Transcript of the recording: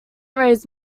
raised